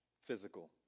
physical